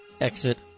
exit